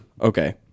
Okay